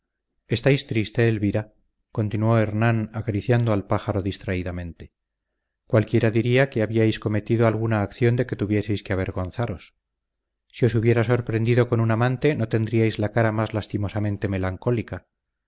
estáis triste elvira continuó hernán acariciando al pájaro distraídamente cualquiera diría que habíais cometido alguna acción de que tuvieseis que avergonzaros si os hubiera sorprendido con un amante no tendríais la cara más lastimosamente melancólica